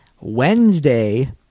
Wednesday